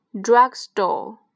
Drugstore